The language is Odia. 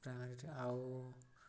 ପ୍ରାଇମେରୀ ଟ୍ରିଟମେଣ୍ଟ ଆଉ